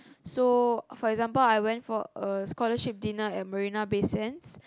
so for example I went for a scholarship dinner at marina-bay-sands